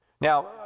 Now